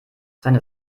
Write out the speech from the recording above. seine